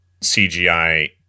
CGI